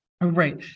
Right